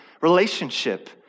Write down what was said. relationship